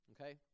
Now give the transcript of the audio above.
okay